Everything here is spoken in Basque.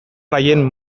haien